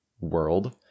world